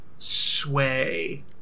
Sway